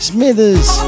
Smithers